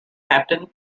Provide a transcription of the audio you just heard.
captain